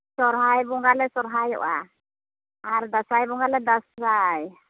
ᱥᱚᱨᱦᱟᱭ ᱵᱚᱸᱜᱟᱞᱮ ᱥᱚᱨᱦᱟᱭᱚᱜᱼᱟ ᱟᱨ ᱫᱟᱸᱥᱟᱭ ᱵᱚᱸᱜᱟ ᱞᱮ ᱫᱟᱸᱥᱟᱭ